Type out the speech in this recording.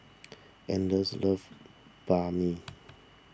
anders loves Banh Mi